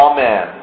Amen